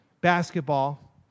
basketball